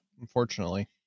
Unfortunately